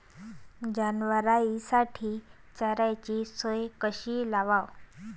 जनावराइसाठी चाऱ्याची सोय कशी लावाव?